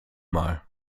mal